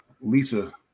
Lisa